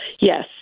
Yes